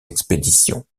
expéditions